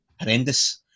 horrendous